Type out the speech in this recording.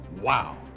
Wow